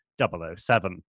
007